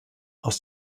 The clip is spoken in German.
aus